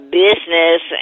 business